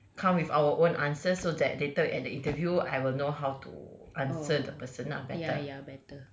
come with our own answers so that later at the interview I will know how to answer the person lah better